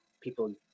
people